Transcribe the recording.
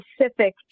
specific